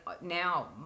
now